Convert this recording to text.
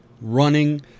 running